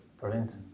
Brilliant